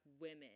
women